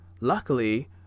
luckily